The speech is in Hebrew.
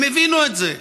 הם הבינו את זה.